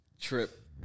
trip